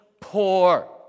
poor